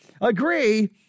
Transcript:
agree